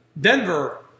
Denver